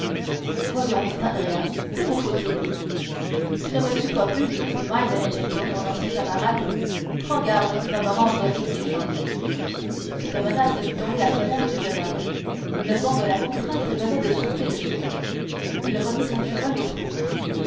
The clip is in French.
voyons dit andrea que vous faut-il tu ne me tutoies plus c'est mal benedetto un ancien camarade prends garde tu vas me rendre exigeant cette menace fit tomber la colère du jeune homme le vent de la contrainte venait de souffler dessus il remit son cheval au trot